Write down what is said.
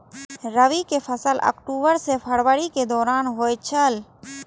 रबी के मौसम अक्टूबर से फरवरी के दौरान होतय छला